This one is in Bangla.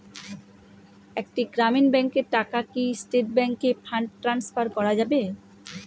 একটি গ্রামীণ ব্যাংকের টাকা কি স্টেট ব্যাংকে ফান্ড ট্রান্সফার করা যাবে?